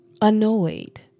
Annoyed